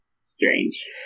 Strange